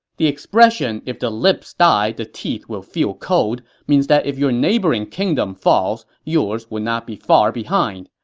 the expression, if the lip dies, the teeth will feel cold means that if your neighboring kingdom falls, yours will not be far behind.